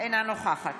אינה נוכחת